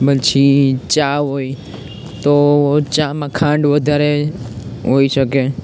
પછી ચા હોય તો ચામાં ખાંડ વધારે હોઈ શકે